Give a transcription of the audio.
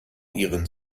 ihren